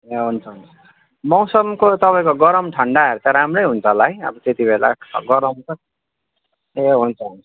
हुन्छ हुन्छ मौसमको तपाईँको गरम ठन्डाहरू त राम्रै हुन्छ होला है अब त्यति बेला गरम त ए हुन्छ हुन्छ